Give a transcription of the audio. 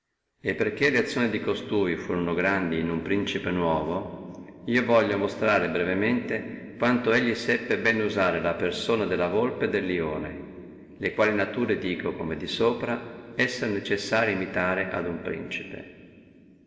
e perché le azioni di costui furono grandi in un principe nuovo io voglio monstrare brevemente quanto bene seppe usare la persona della golpe e del lione le quali nature io dico di sopra essere necessario imitare a uno principe